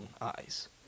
eyes